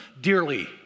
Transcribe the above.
dearly